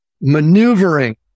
maneuvering